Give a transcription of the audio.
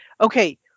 Okay